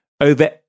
Over